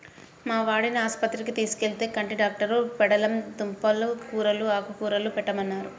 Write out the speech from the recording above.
మా వాడిని ఆస్పత్రికి తీసుకెళ్తే, కంటి డాక్టరు పెండలం దుంప కూరలూ, ఆకుకూరలే పెట్టమన్నారు